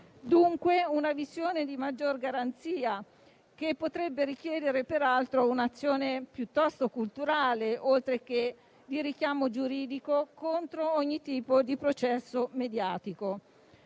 dunque, di una visione di maggior garanzia che potrebbe richiedere peraltro un'azione piuttosto culturale oltre che di richiamo giuridico contro ogni tipo di processo mediatico.